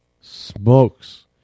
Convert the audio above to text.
smokes